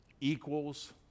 equals